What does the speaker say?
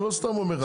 אני לא סתם אומר לך.